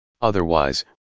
otherwise